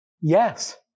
yes